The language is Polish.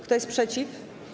Kto jest przeciw?